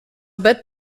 bad